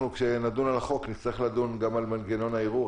כשנדון על החוק, נצטרך לדון גם על מנגנון הערעור.